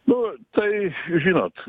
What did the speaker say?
nu tai žinot